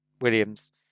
Williams